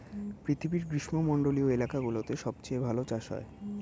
পৃথিবীর গ্রীষ্মমন্ডলীয় এলাকাগুলোতে সবচেয়ে ভালো চাষ হয়